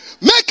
Make